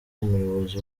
umuyobozi